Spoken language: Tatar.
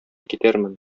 китәрмен